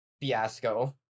fiasco